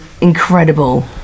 incredible